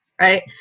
right